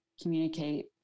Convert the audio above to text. communicate